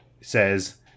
says